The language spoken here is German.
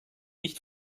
nicht